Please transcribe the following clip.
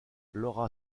laura